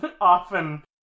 often